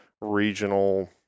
regional